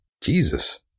Jesus